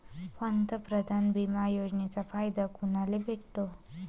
पंतप्रधान बिमा योजनेचा फायदा कुनाले भेटतो?